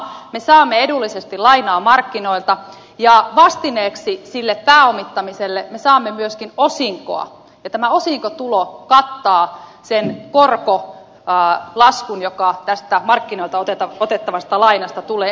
me saamme edullisesti lainaa markkinoilta ja vastineeksi sille pääomittamiselle me saamme myöskin osinkoa ja tämä osinkotulo kattaa sen korkolaskun joka tästä markkinoilta otettavasta lainasta tulee